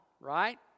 right